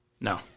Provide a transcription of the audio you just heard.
No